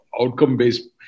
outcome-based